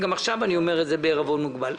וגם עכשיו אני אומר את זה בעירבון מוגבל.